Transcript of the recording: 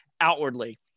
outwardly